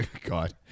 God